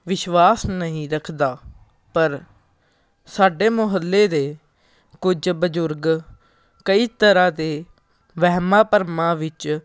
ਵਿਸ਼ਵਾਸ ਨਹੀਂ ਰੱਖਦਾ ਪਰ ਸਾਡੇ ਮੁਹੱਲੇ ਦੇ ਕੁਝ ਬਜ਼ੁਰਗ ਕਈ ਤਰ੍ਹਾਂ ਦੇ ਵਹਿਮਾਂ ਭਰਮਾਂ ਵਿੱਚ